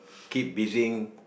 keep busying